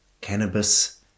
Cannabis